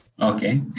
Okay